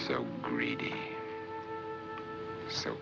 so greedy so